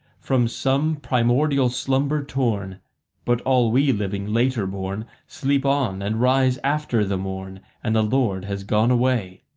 from some primordial slumber torn but all we living later born sleep on, and rise after the morn, and the lord has gone away.